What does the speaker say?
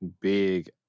Big